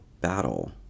battle